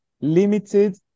limited